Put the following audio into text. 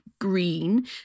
green